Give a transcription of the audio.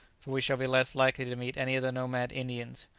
for we shall be less likely to meet any of the nomad indians,